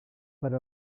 per